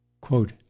Quote